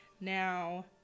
Now